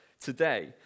today